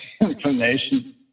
inclination